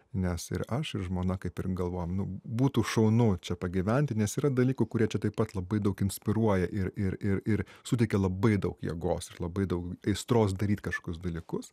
nes ir aš ir žmona kaip ir galvojom nu būtų šaunu čia pagyventi nes yra dalykų kurie čia taip pat labai daug inspiruoja ir ir suteikia labai daug jėgos ir labai daug aistros daryt kažkokius dalykus